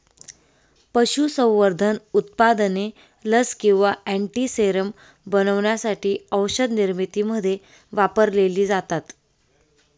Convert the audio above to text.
पशुसंवर्धन उत्पादने लस किंवा अँटीसेरम बनवण्यासाठी औषधनिर्मितीमध्ये वापरलेली जातात